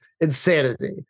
insanity